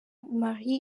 marie